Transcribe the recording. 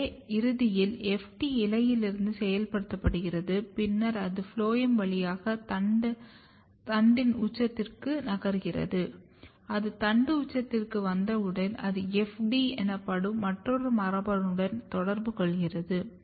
எனவே இறுதியில் FT இலையில் செயல்படுத்தப்படுகிறது பின்னர் அது ஃபுளோயம் வழியாக தண்ட உச்சத்திற்கு நகர்கிறது அது தண்டு உச்சத்திற்கு வந்தவுடன் அது FD எனப்படும் மற்றொரு மரபணுவுடன் தொடர்பு கொள்கிறது